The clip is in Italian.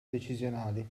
decisionali